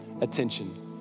attention